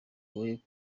bigoye